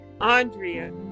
Andrea